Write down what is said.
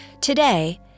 Today